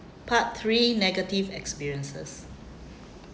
part three negative experiences